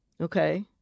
okay